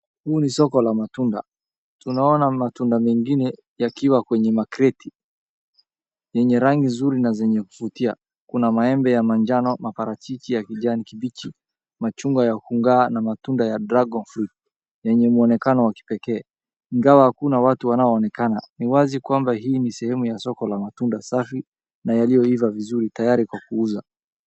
Huu ni soko la matunda. Tunaona matunda mengine yakiwa kwenye makreti yenye rangi zuri na zenye kuvutia. Kuna maembe ya manjano, maparachichi ya kijani kibichi, machungwa ya ugaa na matunda ya dragon fruit yenye muonekano wa kipekee. Ingawa hakuna watu wanaoonekana, ni wazi kwamba hii ni sehemu ya soko la matunda safi na yaliyoiva vizuri tayari kwa kuuza.